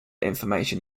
information